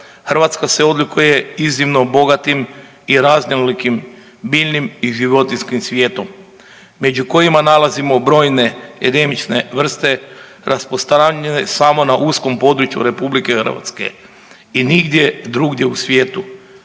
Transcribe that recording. Hrvatska se odlikuje iznimno bogatim i raznolikim biljnim i životinjskim svijetom među kojima nalazimo brojne endemične vrste rasprostranjene samo na uskom području RH i nigdje drugdje u svijetu